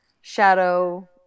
shadow